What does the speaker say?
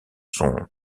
sont